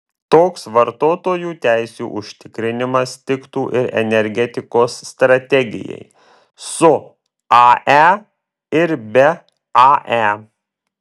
toks vartotojų teisių užtikrinimas tiktų ir energetikos strategijai su ae ir be ae